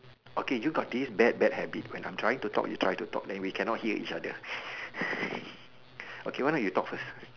okay you got this bad bad habit when I'm trying to talk you try to talk then we can not hear each other okay why not you talk first